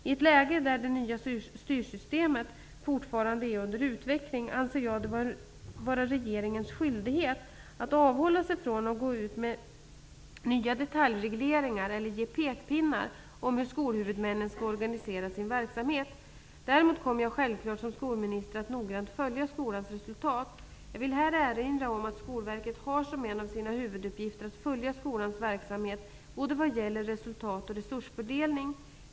I ett läge där det nya styrsystemet fortfarande är under utveckling anser jag att det är regeringens skyldighet att avhålla sig från att gå ut med nya detaljregleringar eller ge pekpinnar om hur skolhuvudmännen skall organisera sin verksamhet. Däremot kommer jag självfallet som skolminister att noggrant följa skolans resultat. Jag vill här erinra om att Skolverket har som en av sina huvuduppgifter att följa skolans verksamhet, både vad gäller resultat och resursfördelning.